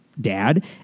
Dad